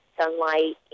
sunlight